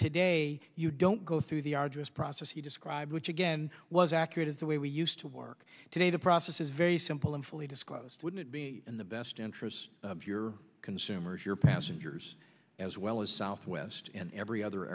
today you don't go through the arduous process he described which again was accurate in the way we used to work today the process is very simple and fully disclosed wouldn't be in the best interest of your consumers your passengers as well as southwest and every other